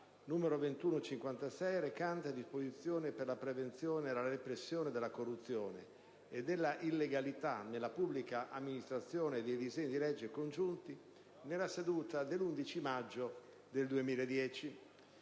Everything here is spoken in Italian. n. 2156, recante disposizioni per la prevenzione e la repressione della corruzione e della illegalità nella pubblica amministrazione e dei disegni di legge congiunti nella seduta dell'11 maggio 2010.